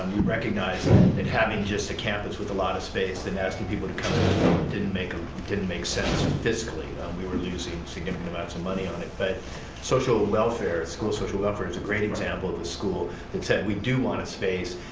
recognize that having just a campus with a lot of space and asking people to come didn't make um didn't make sense fiscally, we were losing significant amounts of money on it. but social welfare, the school of social welfare is a great example of the school that said we do want a space,